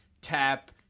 tap